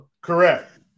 correct